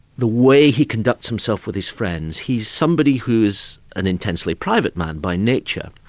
the way he conducts himself with his friends. he's somebody who's an intensely private man by nature.